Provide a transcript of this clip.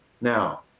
Now